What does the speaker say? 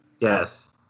Yes